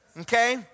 Okay